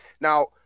Now